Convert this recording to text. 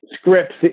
scripts